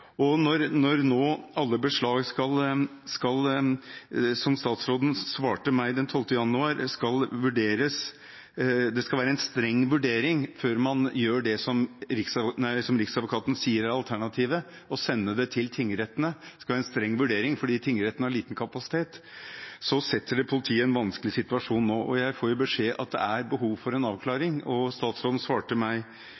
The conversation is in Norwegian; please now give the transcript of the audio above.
som statsråden svarte meg på et skriftlig spørsmål den 12. januar, skal være en streng vurdering før man gjør det som Riksadvokaten sier er alternativet: å sende det til tingrettene – det skal være en streng vurdering fordi tingrettene har liten kapasitet – så setter det politiet i en vanskelig situasjon. Jeg får beskjed om at det er behov for en